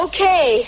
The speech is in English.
Okay